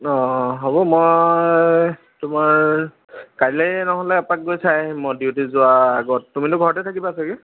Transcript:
অঁ অঁ হ'ব মই তোমাৰ কাইলে নহ'লে এপাক গৈ চাই আহিম মই ডিউটি যোৱা আগত তুমিটো ঘৰতে থাকিবা চাগে